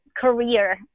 career